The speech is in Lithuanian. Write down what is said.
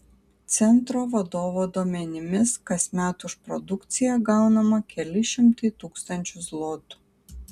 centro vadovo duomenimis kasmet už produkciją gaunama keli šimtai tūkstančių zlotų